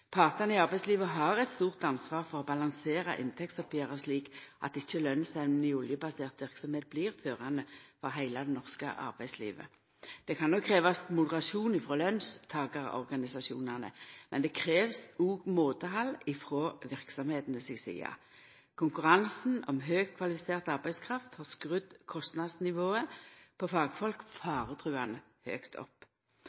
Partane i arbeidslivet har eit stort ansvar for å balansera inntektsoppgjeret slik at ikkje lønnsevna i oljebasert verksemd blir førande for heile det norske arbeidslivet. Det kan nok krevjast moderasjon frå lønnstakarorganisasjonane, men det krevst òg måtehald frå verksemdene si side. Konkurransen om høgt kvalifisert arbeidskraft har skrudd kostnadsnivået på fagfolk